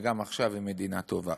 וגם עכשיו היא מדינה טובה.